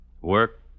work